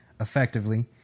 effectively